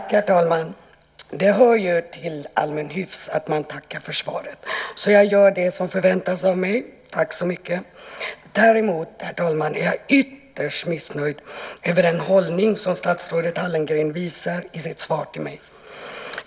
Herr talman! Det hör ju till allmän hyfs att man tackar för svaret. Så jag gör det som förväntas av mig. Tack så mycket! Herr talman! Däremot är jag ytterst missnöjd över den hållning som statsrådet Hallengren visar i sitt svar till mig.